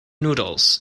noodles